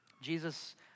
Jesus